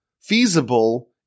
feasible